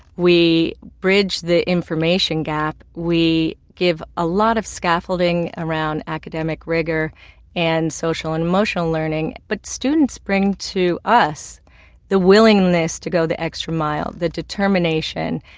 we bridge the information gap, we give a lot of scaffolding around academic rigor and social and emotional learning, but students bring to us the willingness to go the extra mile, the determination,